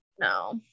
No